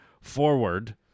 forward